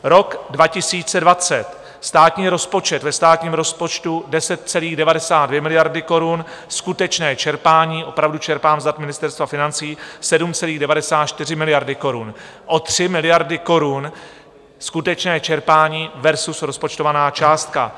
Rok 2020, státní rozpočet, ve státním rozpočtu 10,92 miliardy korun, skutečné čerpání opravdu čerpám z dat Ministerstva financí 7,94 miliardy korun, o 3 miliardy korun skutečné čerpání versus rozpočtovaná částka.